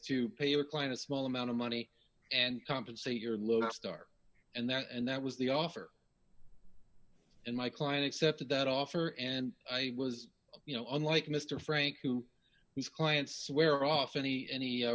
to pay your client a small amount of money and compensate your look start and that and that was the offer and my client accepted that offer and i was you know unlike mr frank who has clients swear off any any